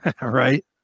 right